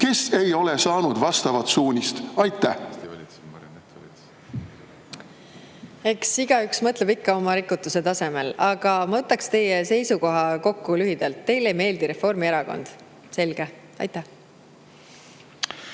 kes ei ole saanud vastavat suunist. Eks igaüks mõtleb ikka oma rikutuse tasemel, aga ma võtaksin teie seisukoha kokku lühidalt: teile ei meeldi Reformierakond. Selge! Eks